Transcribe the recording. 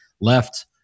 left